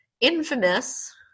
infamous